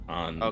on